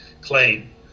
claim